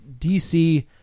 DC